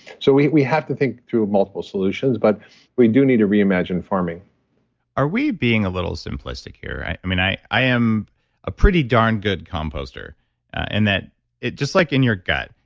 so, we we have to think through multiple solutions, but we do need to reimagine farming are we being a little simplistic here? i mean, i i am a pretty darn good composter, and that just like in your gut,